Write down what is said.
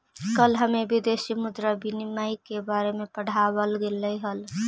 कल हमें विदेशी मुद्रा विनिमय के बारे में पढ़ावाल गेलई हल